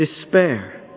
despair